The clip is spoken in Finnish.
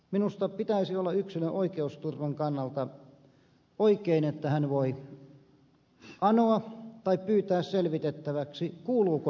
minusta on yksilön oikeusturvan kannalta oikein että hän voi anoa tunnusta tai pyytää selvitettäväksi kuuluuko hänelle rintamasotilastunnus